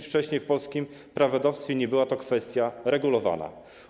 Wcześniej w polskim prawodawstwie nie była to kwestia uregulowana.